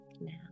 now